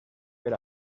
per